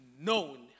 known